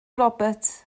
roberts